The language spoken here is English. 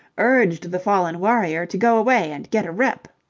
urged the fallen warrior to go away and get a rep.